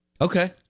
Okay